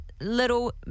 Little